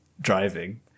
driving